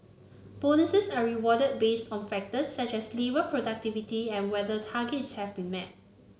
bonuses are awarded based on factors such as labour productivity and whether targets have been met